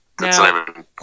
Now